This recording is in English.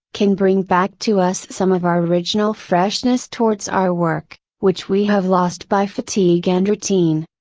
can bring back to us some of our original freshness towards our work, which we have lost by fatigue and routine.